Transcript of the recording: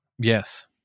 Yes